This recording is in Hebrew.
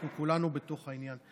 אנחנו כולנו בתוך העניין.